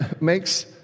makes